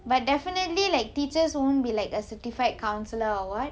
but definitely like teachers won't be like a certified counsellor or what